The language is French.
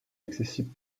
accessible